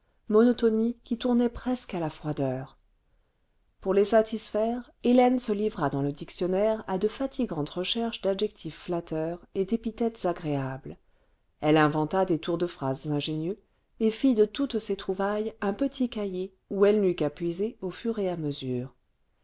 monotonie qui tournait presque à la froideur pour les satisfaire hélène se livra dans le dictionnaire à de fatigantes recherches d'adjectifs flatteurs et d'épithètes agréables elle inventa des tours de phrases ingénieux et fit de toutes ses trouvailles un petit cahier où elle n'eut qu'à puiser au fur et à mesure